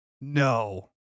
No